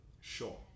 sure